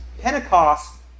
Pentecost